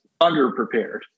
underprepared